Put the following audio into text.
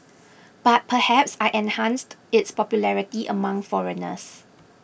but perhaps I enhanced its popularity among foreigners